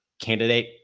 candidate